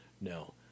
No